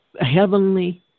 heavenly